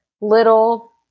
little